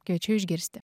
kviečiu išgirsti